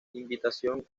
invitación